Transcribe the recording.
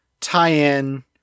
tie-in